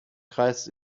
kreis